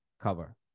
cover